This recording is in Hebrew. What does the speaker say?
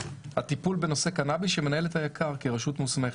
הטיפול בנושא קנאביס שמנהלת היק"ר כרשות מוסמכת.